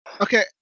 Okay